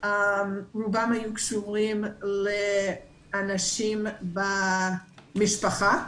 רובן היו קשורות לאנשים במשפחה.